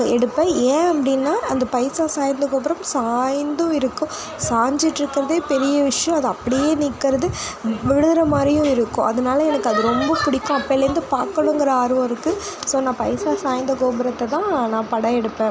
எடுப்பேன் ஏன் அப்படின்னா அந்த பைசா சாய்ந்த கோபுரம் சாய்ந்து இருக்கும் சாஞ்சிட் இருக்குறதே பெரிய விஷயம் அது அப்படியே நிற்கிறது விழுகிற மாதிரியும் இருக்கும் அதனால எனக்கு அது ரொம்ப பிடிக்கும் அப்போலேந்து பார்க்கணுங்குற ஆர்வம் இருக்கு ஸோ நான் பைசா சாய்ந்த கோபுரத்தை தான் நான் படம் எடுப்பேன்